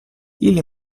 ili